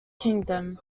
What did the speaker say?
kingdom